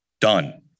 done